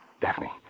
Daphne